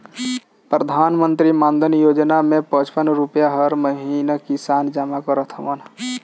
प्रधानमंत्री मानधन योजना में पचपन रुपिया हर महिना किसान जमा करत हवन